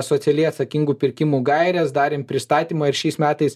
socialiai atsakingų pirkimų gaires darėm pristatymą ir šiais metais